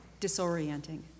disorienting